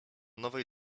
nowej